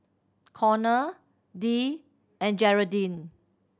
Connor Dee and Jeraldine